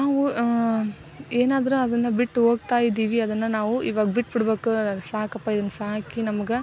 ನಾವು ಏನಾದರು ಅದನ್ನು ಬಿಟ್ಟು ಹೋಗ್ತಾ ಇದ್ದೀವಿ ಅದನ್ನು ನಾವು ಇವಾಗ ಬಿಟ್ಟು ಬಿಡ್ಬೇಕು ಸಾಕಪ್ಪ ಇದನ್ನು ಸಾಕಿ ನಮ್ಗೆ